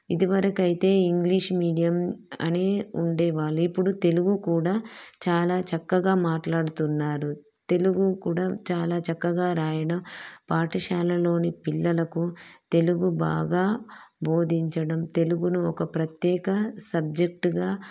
ఇదివరకైతే English medium అని ఉండేవాళ్ళు ఇప్పుడు తెలుగు కూడా చాలా చక్కగా మాట్లాడుతున్నారు తెలుగు కూడా చాలా చక్కగా రాయడం పాఠశాలలోని పిల్లలకు తెలుగు బాగా బోధించడం తెలుగును ఒక ప్రత్యేక సబ్జెక్టుగా